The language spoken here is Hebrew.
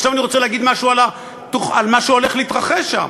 עכשיו אני רוצה להגיד משהו על מה שהולך להתרחש שם,